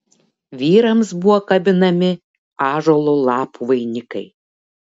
vyrams buvo kabinami ąžuolo lapų vainikai